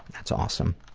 that's awesome.